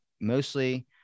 Mostly